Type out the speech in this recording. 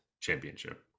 Championship